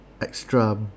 extra